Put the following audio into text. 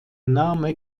name